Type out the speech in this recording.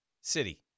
city